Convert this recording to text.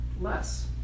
less